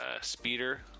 Speeder